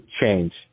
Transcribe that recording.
change